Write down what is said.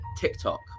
TikTok